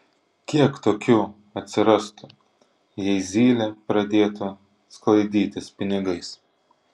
kiek tokių atsirastų jei zylė pradėtų sklaidytis pinigais